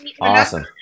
Awesome